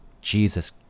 Jesus